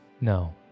no